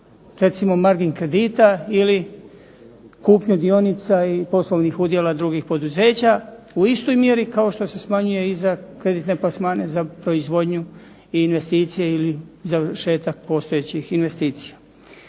razumije./... kredita ili kupnju dionica i poslovnih udjela drugih poduzeća u istoj mjeri kao što se smanjuje i za kreditne plasmane za proizvodnju i investicije ili završetak postojećih investicija.